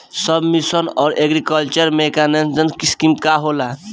सब mission on agriculture mechanization scheme का होला?